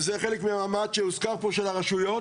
וזה חלק ממה שהוזכר פה של הרשויות.